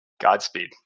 Godspeed